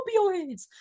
opioids